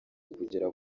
kugera